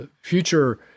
future